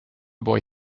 boy